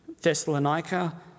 Thessalonica